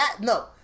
No